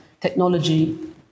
technology